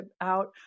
out